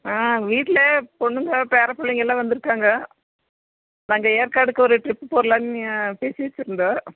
ஆ வீட்டில் பொண்ணுங்க பேர பிள்ளைங்கல்லாம் வந்துருக்காங்க நாங்கள் ஏற்காடுக்கு ஒரு ட்ரிப்பு போகலான்னு பேசி வச்சுருந்தோம்